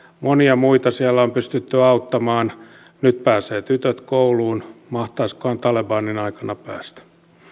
monia muita on pystytty auttamaan nyt pääsevät tytöt kouluun mahtaisikohan talebanin aikana päästä